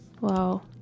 wow